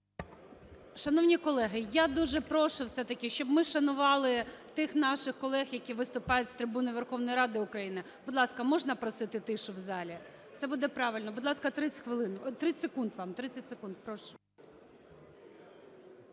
Шановні колеги, я дуже прошу все-таки, щоб ми шанували тих наших колег, які виступають з трибуни Верховної Ради України. Будь ласка, можна просити тишу в залі? Це буде правильно. Будь ласка, 30 секунд вам.